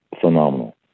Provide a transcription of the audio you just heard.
phenomenal